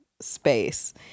Space